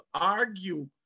argue